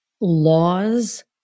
laws